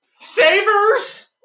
Savers